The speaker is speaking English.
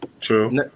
True